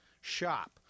shop